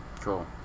Cool